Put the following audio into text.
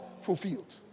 Fulfilled